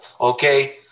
Okay